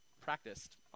practiced